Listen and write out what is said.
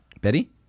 Betty